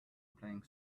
playing